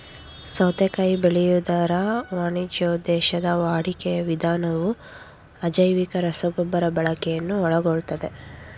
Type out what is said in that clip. ಸೌತೆಕಾಯಿ ಬೆಳೆಯುವುದರ ವಾಣಿಜ್ಯೋದ್ದೇಶದ ವಾಡಿಕೆಯ ವಿಧಾನವು ಅಜೈವಿಕ ರಸಗೊಬ್ಬರ ಬಳಕೆಯನ್ನು ಒಳಗೊಳ್ತದೆ